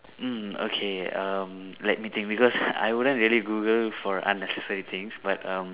mm okay um let me think because I wouldn't really Google for unnecessary things but um